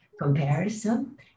Comparison